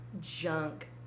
junk